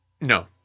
No